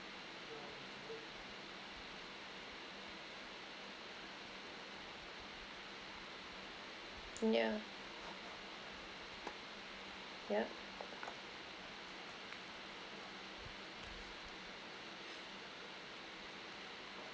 yeah yeah